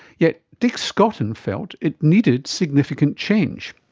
yet dick scotton felt it needed significant change.